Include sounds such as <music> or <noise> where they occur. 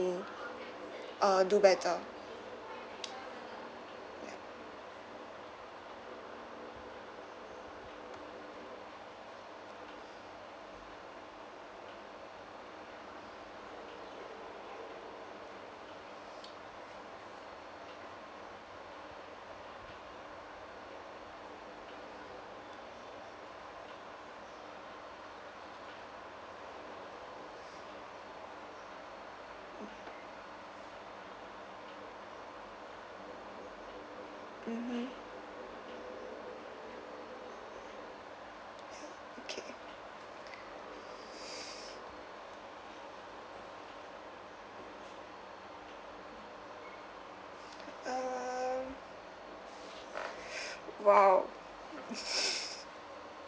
uh do better ya mmhmm ya okay uh !wow! <laughs>